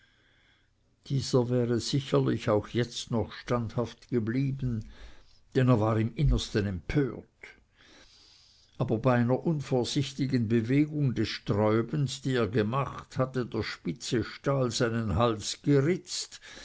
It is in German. dieser wäre sicherlich auch jetzt noch standhaft geblieben denn er war im innersten empört aber bei einer unvorsichtigen bewegung des sträubens die er gemacht hatte der spitze stahl seinen hals geritzt